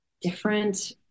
different